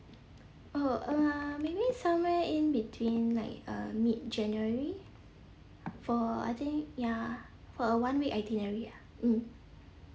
oh um maybe somewhere in between like uh mid january for I think ya for a one week itinerary ah mm